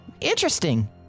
interesting